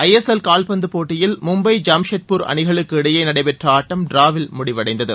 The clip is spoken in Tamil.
ஐஎஸ்எல் கால்பந்து போட்டியில் மும்பை ஜம்ஷெட்பூர் அணிகளுக்கு இடையே நடைபெற்ற ஆட்டம் டிராவில் முடிந்தது